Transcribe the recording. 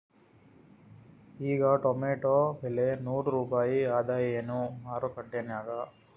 ಈಗಾ ಟೊಮೇಟೊ ಬೆಲೆ ನೂರು ರೂಪಾಯಿ ಅದಾಯೇನ ಮಾರಕೆಟನ್ಯಾಗ?